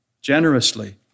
generously